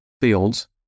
fields